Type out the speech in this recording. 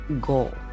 goal